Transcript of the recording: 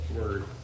word